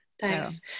Thanks